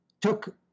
took